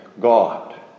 God